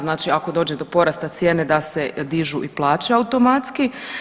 Znači ako dođe do porasta cijene da se dižu i plaće automatski.